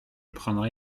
prendrai